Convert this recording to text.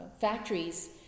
factories